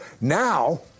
Now